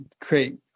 create